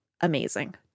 amazing